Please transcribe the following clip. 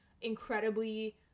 incredibly